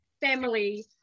family